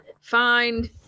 find